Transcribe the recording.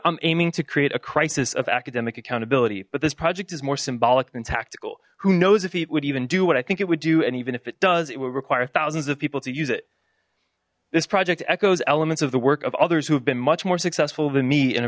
i'm aiming to create a crisis of academic accountability but this project is more symbolic than tactical who knows if he would even do what i think it would do and even if it does it would require thousands of people to use it this project echoes elements of the work of others who have been much more successful than me in a